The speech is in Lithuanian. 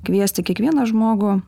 kviesti kiekvieną žmogų